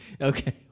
Okay